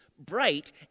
bright